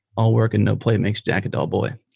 all work and no play makes jack a dull boy.